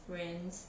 friends